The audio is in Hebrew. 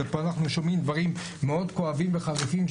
ופה אנחנו שומעים דברים מאוד כואבים וחריפים,